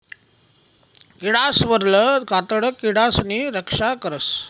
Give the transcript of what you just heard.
किडासवरलं कातडं किडासनी रक्षा करस